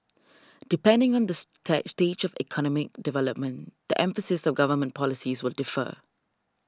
depending on the stage of economic development the emphasis of government policies will differ